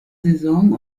saison